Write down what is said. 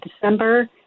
December